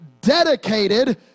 dedicated